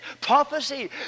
prophecy